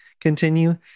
continue